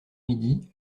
midi